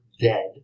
dead